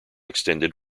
extended